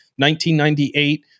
1998